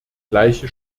gleiche